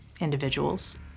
individuals